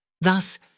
Thus